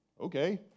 okay